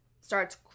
starts